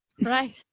Right